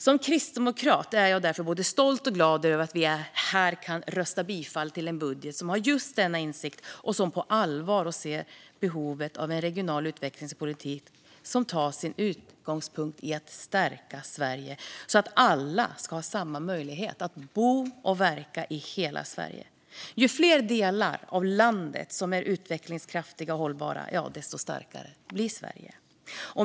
Som kristdemokrat är jag därför både stolt och glad över att vi här kan yrka bifall till en budget som har just denna insikt och som på allvar ser behovet av en regional utvecklingspolitik som tar sin utgångspunkt i att stärka Sverige så att alla har samma möjlighet att bo och verka i hela Sverige. Ju fler delar av landet som är utvecklingskraftiga och hållbara, desto starkare blir Sverige.